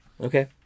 okay